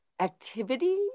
activity